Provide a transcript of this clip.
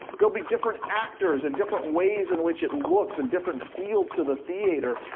there'll be different actors and different ways in which it looks and different feel to the theater,